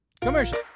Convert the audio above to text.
Commercial